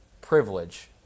privilege